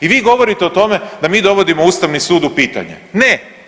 I vi govorite o tome da mi dovodimo Ustavni sud u pitanje, ne.